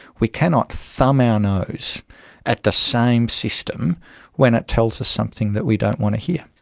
we cannot thumb our nose at the same system when it tells us something that we don't want to hear.